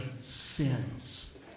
sins